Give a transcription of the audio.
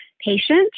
patient